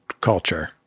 culture